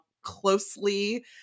closely